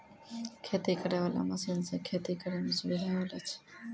खेती करै वाला मशीन से खेती करै मे सुबिधा होलो छै